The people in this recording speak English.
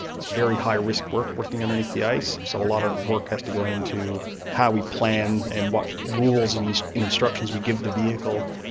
it's very high-risk work, working underneath the ice, so a lot of work has to go into how we plan and what rules and and instructions we give the vehicle.